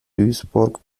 duisburg